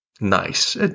nice